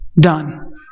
done